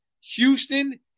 Houston